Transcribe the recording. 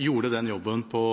gjorde den jobben på